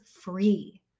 free